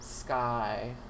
Sky